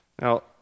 Now